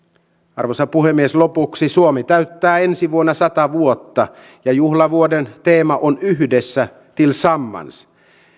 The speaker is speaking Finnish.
arvoisa puhemies lopuksi suomi täyttää ensi vuonna sata vuotta ja juhlavuoden teema on yhdessä tillsammans